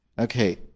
okay